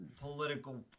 political